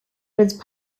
whose